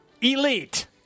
elite